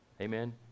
Amen